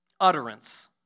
utterance